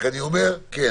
רק שאני אומר לנו,